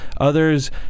Others